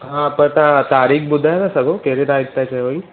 हा पर तव्हां तारीख़ ॿुधाए था सघो कहिड़ी तारीख़ तव्हां चयो ई